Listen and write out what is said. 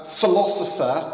philosopher